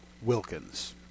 Wilkins